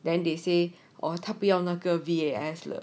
then they say oh 他不要那个 V_A_S 了